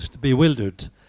bewildered